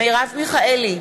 מרב מיכאלי,